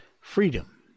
freedom